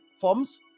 forms